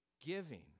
giving